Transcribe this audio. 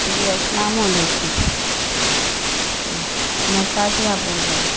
جی السلام علیکم میں شازیہ جی آپ بول رہی ہوں